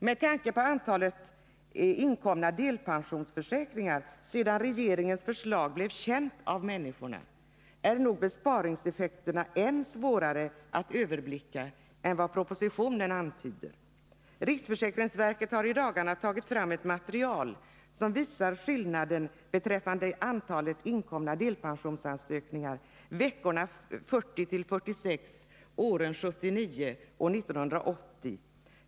Med tanke på antalet inkomna ansökningar om delpension sedan regeringens förslag blev känt för allmänheten är besparingseffekterna än svårare att överblicka än vad som antyds i propositionen. Riksförsäkrings verket har i dagarna tagit fram ett material som visar skillnaden i antalet | inkomna delpensionsansökningar veckorna 40-46 åren 1979 och 1980.